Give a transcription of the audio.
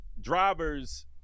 driver's